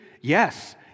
Yes